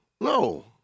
No